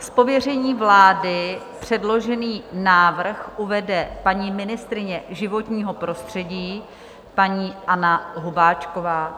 Z pověření vlády předložený návrh uvede ministryně životního prostředí paní Anna Hubáčková.